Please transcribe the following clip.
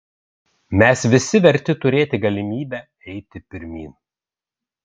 mes visi verti turėti galimybę eiti pirmyn